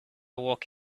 walk